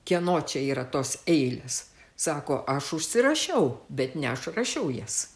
kieno čia yra tos eilės sako aš užsirašiau bet ne aš rašiau jas